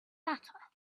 matter